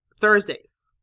Thursdays